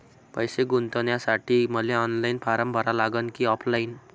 पैसे गुंतन्यासाठी मले ऑनलाईन फारम भरा लागन की ऑफलाईन?